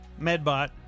Medbot